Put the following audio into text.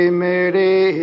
mere